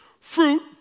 fruit